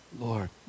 Lord